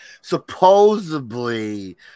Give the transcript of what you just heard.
Supposedly